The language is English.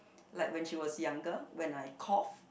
like when she was younger when I cough